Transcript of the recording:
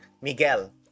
Miguel